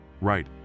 Right